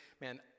man